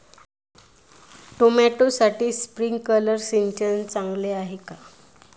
टोमॅटोसाठी स्प्रिंकलर सिंचन चांगले आहे का?